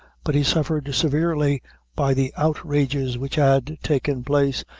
but he suffered severely by the outrages which had taken place,